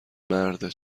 مرده